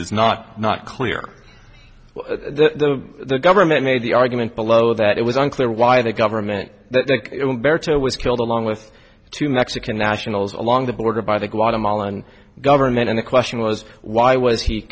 is not not clear the government made the argument below that it was unclear why the government was killed along with two mexican nationals along the border by the guatemalan government and the question was why